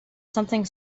something